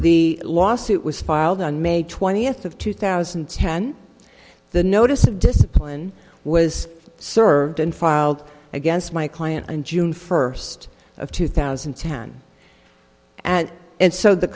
the lawsuit was filed on may twentieth of two thousand and ten the notice of discipline was served and filed against my client on june first of two thousand and ten and and so the